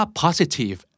positive